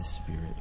Spirit